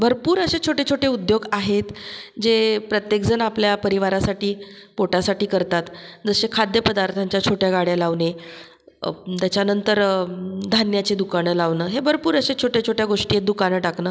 भरपूर असे छोटे छोटे उद्योग आहेत जे प्रत्येक जण आपल्या परिवारासाठी पोटासाठी करतात जसे खाद्यपदार्थांच्या छोट्या गाड्या लावणे त्याच्यानंतर धान्याचे दुकानं लावणं हे भरपूर असे छोट्या छोट्या गोष्टी आहेत दुकानं टाकणं